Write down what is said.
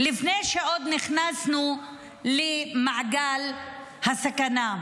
עוד לפני שנכנסנו למעגל הסכנה.